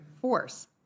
force